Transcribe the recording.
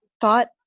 thought